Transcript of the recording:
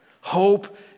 hope